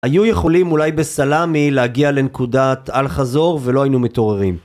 היו יכולים אולי בסלאמי להגיע לנקודת אל חזור ולא היינו מתעוררים.